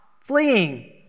fleeing